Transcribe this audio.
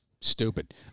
stupid